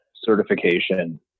certification